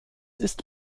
ist